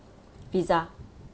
Visa